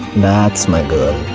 that's my girl.